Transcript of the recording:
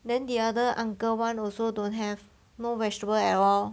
then the other uncle [one] also don't have no vegetable at all